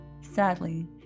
Sadly